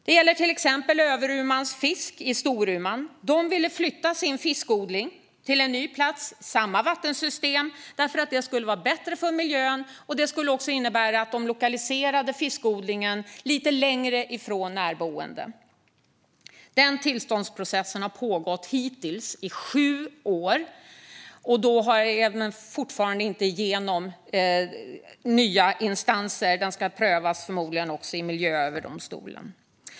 Det gäller till exempel Överumans Fisk i Storuman. De ville flytta sin fiskodling till en ny plats i samma vattensystem eftersom det skulle vara bättre för miljön. Det skulle också innebära att de lokaliserade fiskodlingen lite längre från närboende. Den tillståndsprocessen har hittills pågått i sju år. Detta har fortfarande inte gått igenom alla instanser. Det ska förmodligen också prövas i Mark och miljööverdomstolen.